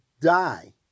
die